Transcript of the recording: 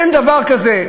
אין דבר כזה.